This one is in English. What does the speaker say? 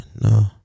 no